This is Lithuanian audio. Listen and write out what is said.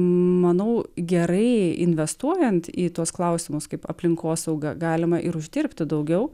manau gerai investuojant į tuos klausimus kaip aplinkosauga galima ir uždirbti daugiau